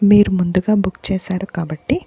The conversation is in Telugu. మీరు ముందుగా బుక్ చేశారు కాబట్టి